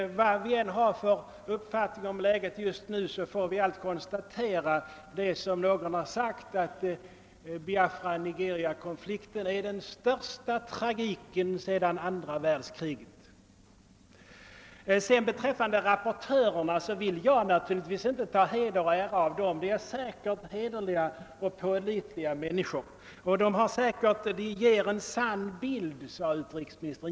Vilken uppfattning vi än har om läget just nu måste vi konstatera att konflikten mellan Biafra och Nigeria är den största tragedin sedan andra världskriget. Jag vill naturligtvis inte ta heder och ära av rapportörerna. De är säkerligen hederliga och pålitliga människor, och utrikesministern sade att de ger en sann bild av läget.